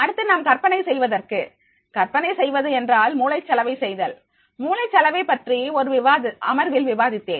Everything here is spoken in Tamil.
அடுத்து நாம் கற்பனை செய்வதற்கு கற்பனை செய்வது என்றால் மூளைச் சலவை செய்தல் மூளைச்சலவை பற்றி ஒரு அமர்வில் விவாதித்தேன்